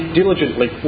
diligently